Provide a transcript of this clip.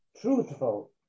truthful